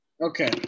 Okay